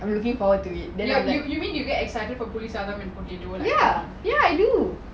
I'm looking forward to it then I'm like ya ya I do